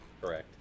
Correct